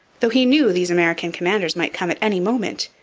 though he knew these american commanders might come at any moment,